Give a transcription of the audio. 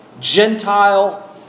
Gentile